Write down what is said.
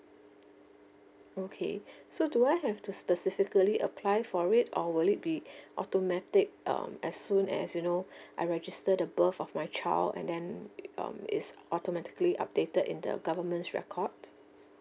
okay so do I have to specifically apply for it or will it be automatic um as soon as you know I register the birth of my child and then um is automatically updated in the government's record